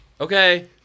Okay